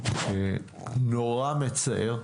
נורא מצער.